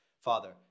father